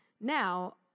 now